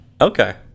okay